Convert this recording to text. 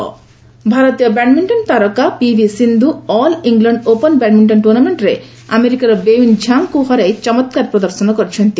badminton ଭାରତୀୟ badminton ତାରିକା PV Sindhu all England open badminton ଟୁର୍ଷ୍ଣାମେଣ୍ଟରେ ଆମେରିକାର ବେଓ୍ବିନ୍ ଝାଙ୍ଗଙ୍କୁ ହରାଇ ଚମ୍ଳାର ପ୍ରଦର୍ଶନ କରିଛନ୍ତି